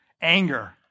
Anger